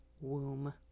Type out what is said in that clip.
womb